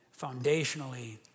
foundationally